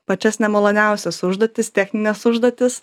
pačias nemaloniausias užduotis technines užduotis